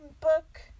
book